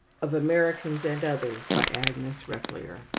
americans and others by agnes repplier,